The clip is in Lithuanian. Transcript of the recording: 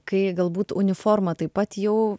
kai galbūt uniforma taip pat jau